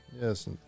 Yes